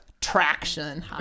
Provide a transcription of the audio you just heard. traction